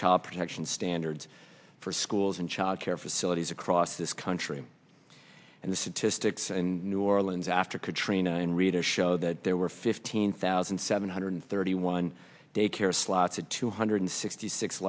child protection standards for schools and childcare facilities across this country and the statistics and new orleans after katrina and rita show that there were fifteen thousand seven hundred thirty one day care slots had two hundred sixty six